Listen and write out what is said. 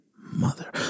mother